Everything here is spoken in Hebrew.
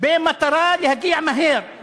במטרה להגיע מהר,